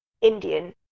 Indian